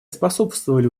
способствовали